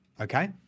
Okay